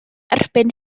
erbyn